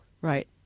Right